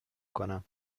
کنم